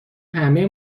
همه